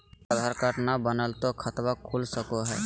हमर आधार कार्ड न बनलै तो तो की खाता खुल सको है?